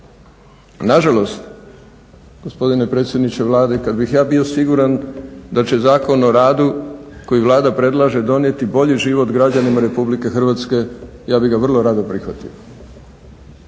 nažalost gospodine predsjedniče Vlade kada bih ja bio siguran da će Zakon o radu koji Vlada predlaže donijeti bolji život građanima Republike Hrvatske ja bih ga vrlo rado prihvatio